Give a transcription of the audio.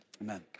amen